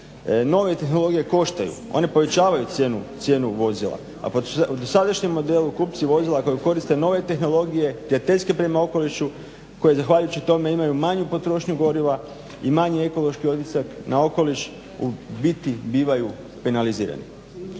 Nove tehnologije koštaju, one povećavaju cijenu vozila, a po dosadašnjem modelu kupci vozila koje koriste nove tehnologije prijateljske prema okolišu koje zahvaljujući tome imaju manju potrošnju goriva i manji ekološki otisak na okoliš u biti bivaju penalizirani.